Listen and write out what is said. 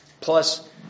Plus